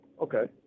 Okay